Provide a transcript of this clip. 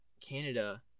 Canada